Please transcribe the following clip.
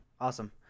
Awesome